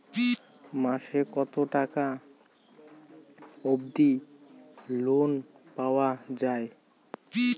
মাসে কত টাকা অবধি লোন পাওয়া য়ায়?